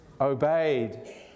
obeyed